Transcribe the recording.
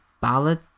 ballad